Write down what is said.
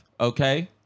okay